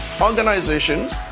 organizations